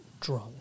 drunk